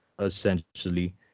Essentially